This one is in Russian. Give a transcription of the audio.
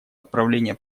отправление